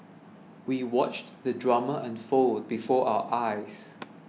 we watched the drama unfold before our eyes